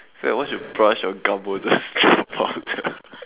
it's like once you brush your gum will just drop out